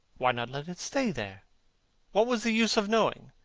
why not let it stay there? what was the use of knowing?